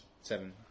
seven